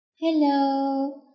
Hello